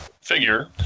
figure